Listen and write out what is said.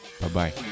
Bye-bye